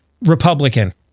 Republican